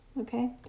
Okay